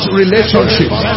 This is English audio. relationships